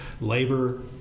labor